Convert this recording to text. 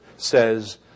says